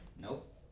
Nope